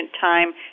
time